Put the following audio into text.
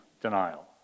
denial